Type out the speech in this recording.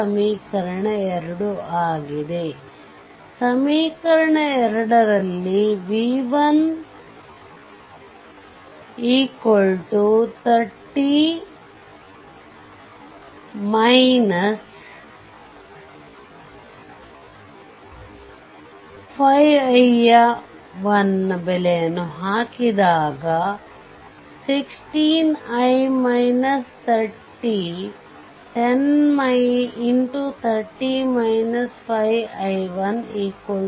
ಸಮೀಕರಣ 2 ರಲ್ಲಿ v1 v1 30 5 i1 ಬೆಲೆಯನ್ನು ಹಾಕಿದಾಗ 16i1 10i230